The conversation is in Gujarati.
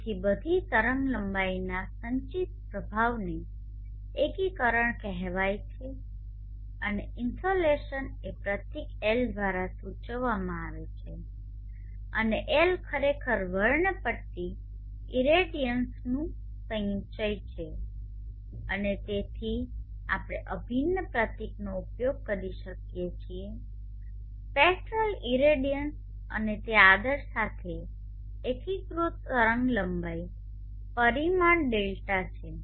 તેથી બધી તરંગાઇલંબાઈના સંચિત પ્રભાવને એકીકરણ કહેવામાં આવે છે અને ઇન્સોલેશન એ પ્રતીક L દ્વારા સૂચવવામાં આવે છે અને L ખરેખર વર્ણપટ્ટી ઇરેડિયન્સનું સંચય છે અને તેથી આપણે અભિન્ન પ્રતીકનો ઉપયોગ કરી શકીએ છીએ સ્પેક્ટ્રલ ઇરેડિયન્સ અને તે આદર સાથે એકીકૃત તરંગલંબાઇ પરિમાણ ડેલ્ટા છેં